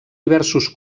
diversos